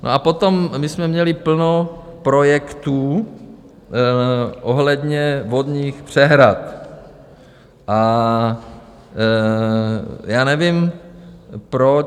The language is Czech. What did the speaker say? A potom my jsme měli plno projektů ohledně vodních přehrad a já nevím, proč...